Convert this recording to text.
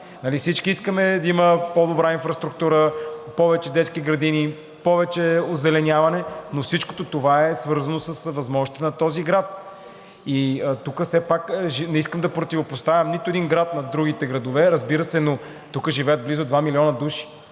всички искаме да има по-добра инфраструктура, повече детски градини, повече озеленяване, но всичкото това е свързано с възможностите на този град. И тук не искам да противопоставям нито един град на другите градове, разбира се, но тук живеят близо 2 млн. души.